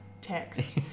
text